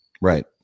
Right